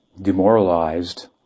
demoralized